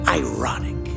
ironic